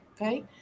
okay